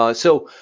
ah so,